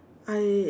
I